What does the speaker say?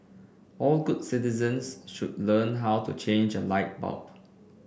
all good citizens should learn how to change a light bulb